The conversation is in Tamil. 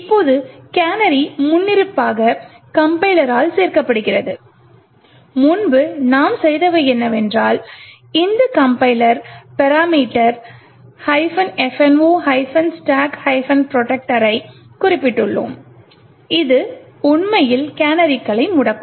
இப்போது கேனரி முன்னிருப்பாக கம்பைலரால் சேர்க்கப்படுகிறது முன்பு நாம் செய்தவை என்னவென்றால் இந்த compiler parameter fno stack protectctor ஐ குறிப்பிட்டுள்ளோம் இது உண்மையில் கேனரிகளை முடக்கும்